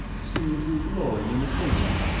seeming to glory in the statement.